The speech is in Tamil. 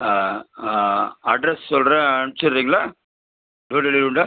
ஆ அட்ரஸ் சொல்கிறேன் அனுப்ச்சுட்றீங்களா டோர் டெலிவரி உண்டா